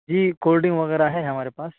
جی cold drink وغیرہ ہے ہمارے پاس